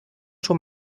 schon